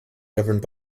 governed